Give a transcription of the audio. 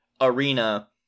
arena